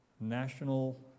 national